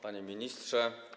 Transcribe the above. Panie Ministrze!